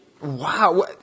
Wow